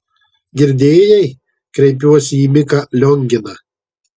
girdėjai kreipiuosi į miką lionginą